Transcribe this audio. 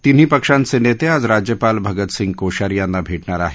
तिन्ही पक्षांचे नेते आज राज्यपाल भगतसिंग कोश्यारी यांना भेटणार आहेत